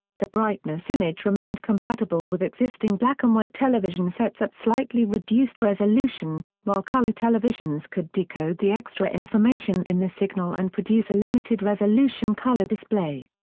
the brightness image remained compatible with existing black-and-white television sets at slightly reduced resolution, while color televisions could decode the extra information in the signal and produce a limited-resolution color display.